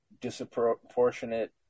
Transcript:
disproportionate